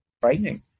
frightening